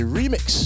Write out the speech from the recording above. remix